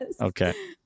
Okay